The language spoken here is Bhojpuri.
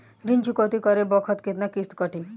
ऋण चुकौती करे बखत केतना किस्त कटी?